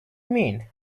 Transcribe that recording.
mean